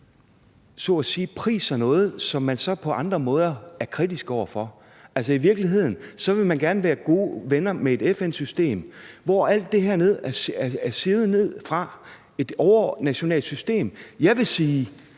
priser noget, som man så på andre måder er kritisk over for. Altså, i virkeligheden vil man gerne være gode venner med et FN-system, hvor alt det her er sivet ned fra – et overnationalt system. Jeg vil sige,